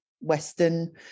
Western